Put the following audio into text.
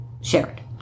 shared